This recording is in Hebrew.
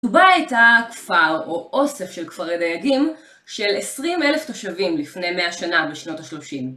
קטובה הייתה כפר או אוסף של כפרי דייגים של 20 אלף תושבים לפני 100 שנה בשנות ה-30.